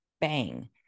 bang